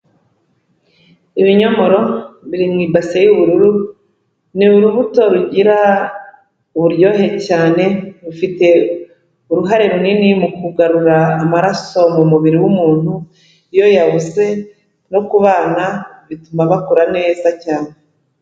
iIinyomoro biri mu ibasise y'ubururu, ni urubuto rugira uburyohe cyane, rufite uruhare runini mu kugarura amaraso mu mubiri w'umuntu, iyo yabuze no kubana bituma bakura neza cyane.